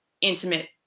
intimate